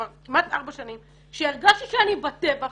שאני הרגשתי שאני בתווך